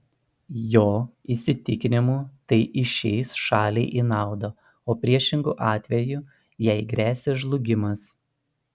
jo įsitikinimu tai išeis šaliai į naudą o priešingu atveju jai gresia žlugimas